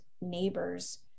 neighbors